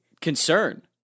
concern